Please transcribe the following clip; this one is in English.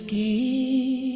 e